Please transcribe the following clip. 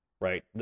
Right